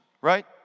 right